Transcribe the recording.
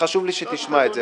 וחשוב לי שתשמע את זה.